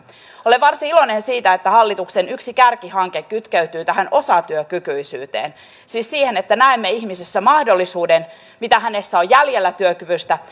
olen varsin iloinen siitä että hallituksen yksi kärkihanke kytkeytyy tähän osatyökykyisyyteen siis siihen että näemme ihmisessä mahdollisuuden sen mitä hänellä on jäljellä työkyvystä